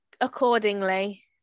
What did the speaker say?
accordingly